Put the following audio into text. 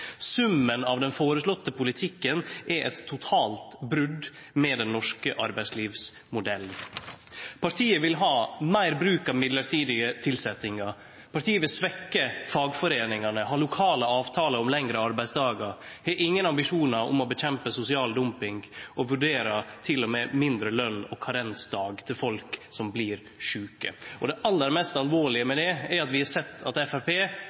Summen av den føreslåtte politikken er eit totalt brot med den norske arbeidslivsmodellen. Partiet vil ha meir bruk av mellombels tilsetjingar, partiet vil svekkje fagforeiningane og ha lokale avtaler om lengre arbeidsdagar. Det har ingen ambisjonar om å kjempe mot sosial dumping og vurderer til og med mindre løn og karensdag til folk som blir sjuke. Det aller mest alvorlege med det er at vi har sett at